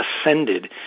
ascended